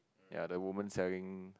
ya the woman selling